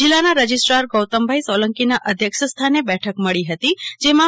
જિલ્લાના રજિસ્ટ્રાર ગૌતમભાઇ સોલંકીના અધ્યક્ષસ્થાને બેઠક મળી હતી જેમાં તા